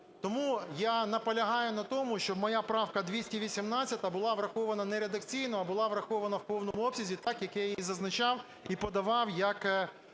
Тому я наполягаю на тому, щоб моя правка 218-а була врахована не редакційно, а була врахована в повному обсязі, так, як я її зазначав і подавав як